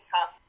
tough